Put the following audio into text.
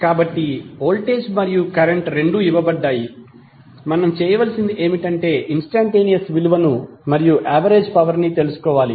కాబట్టి వోల్టేజ్ మరియు కరెంట్ రెండూ ఇవ్వబడ్డాయి మనం చేయవలసింది ఏమిటంటే ఇన్స్టంటేనియస్ విలువను మరియు యావరేజ్ పవర్ ని తెలుసుకోవాలి